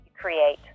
create